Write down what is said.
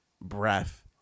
breath